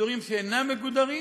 אזורים שאינם מגודרים,